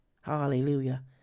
hallelujah